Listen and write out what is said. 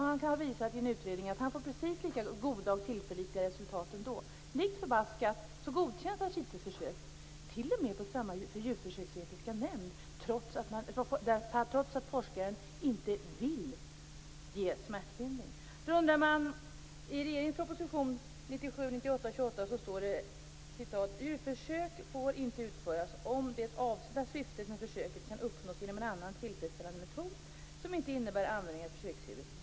Han har visat i en utredning att han får precis lika goda och tillförlitliga resultat ändå. Lik förbaskat godkänns ascitesförsök på samma djurförsöksetiska nämnd, trots att forskaren inte vill ge smärtlindring. Djurförsök får inte utföras om det avsedda syftet med försöket kan uppnås genom en annan tillfredsställande metod som inte innebär användning av försöksdjuret.